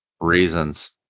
Reasons